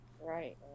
right